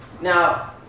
Now